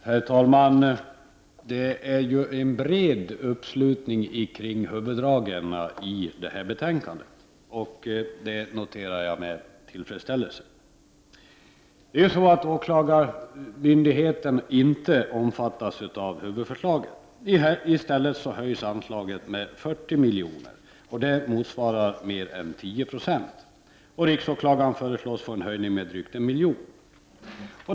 Herr talman! Det är en bred uppslutning kring huvuddragen i betänkandet, och jag noterar detta med tillfredsställelse. Åklagarmyndigheterna omfattas inte av huvudförslaget, utan i stället höjs anslaget med 40 miljoner, en höjning med mer än 10 96. Riksåklagaren föreslås få en höjning med drygt 1 miljon.